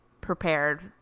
prepared